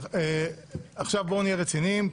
בואו נהיה רציניים,